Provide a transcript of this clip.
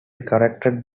corrected